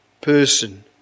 person